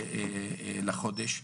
לחודש.